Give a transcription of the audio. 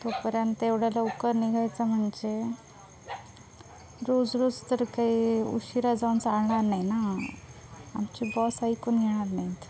तोपर्यंत एवढ्या लवकर निघायचं म्हणजे रोज रोज तर काय उशिरा जाऊन चालणार नाही ना आमची बॉस ऐकुन घेणार नाहीत